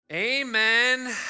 amen